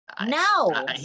No